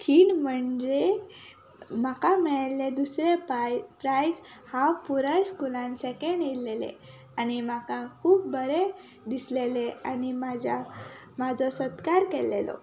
खीण म्हणजे म्हाका मेळिल्लें दुसरें पाय प्रायज हांव पुराय स्कुलान सॅकॅण येयल्लेलें आनी म्हाका खूब बरें दिसलेलें आनी म्हज्या म्हजो सत्कार केल्लेलो